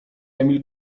emil